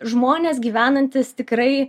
žmonės gyvenantys tikrai